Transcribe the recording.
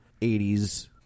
80s